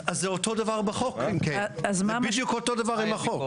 אז זה בדיוק אותו דבר עם החוק.